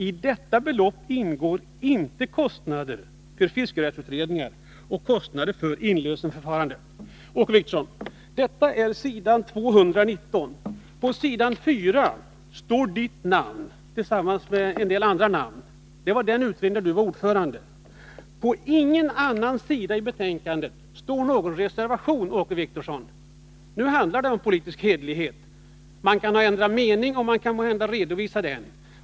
I detta belopp ingår inte kostnader för fiskerättsutredningar och kostnader för inlösensförfarandet.” Detta står på s. 219. På s. 4 står ert namn, Åke Wictorsson, tillsammans med en del andra namn. Det var den utredning där ni var ordförande. På ingen annan sida i betänkandet står någon reservation, Åke Wictorsson! Nu handlar det om politisk hederlighet. Man kan ändra mening, och man kan måhända redovisa det.